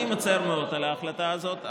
אני מצר מאוד על ההחלטה הזו,